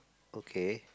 okay